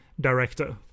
director